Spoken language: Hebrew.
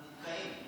אנחנו נתקעים.